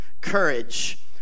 courage